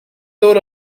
door